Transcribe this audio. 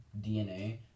DNA